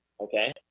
Okay